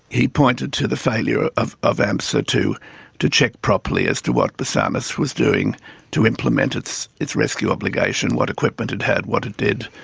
he pointed to the failure of of amsa to to check properly as to what basarnas was doing to implement its its rescue obligation, what equipment it had, what it did.